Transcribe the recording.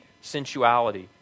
sensuality